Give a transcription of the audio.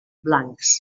blancs